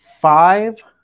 five